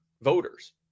Voters